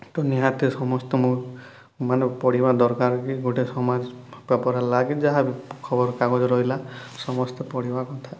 ତ ନିହାତି ସମସ୍ତେ ମୁଁ ମାନେ ପଢ଼ିବା ଦରକାର କି ଗୋଟେ ସମାଜ ପେପର୍ ହେଲାକି ଯାହାବି ଖବରକାଗଜ ରହିଲା ସମସ୍ତେ ପଢ଼ିବା କଥା